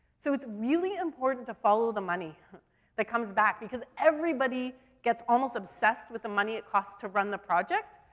so it's really important to follow the money that comes back because everybody gets almost obsessed with the money it costs to run the project.